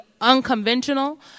unconventional